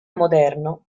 moderno